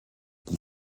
qui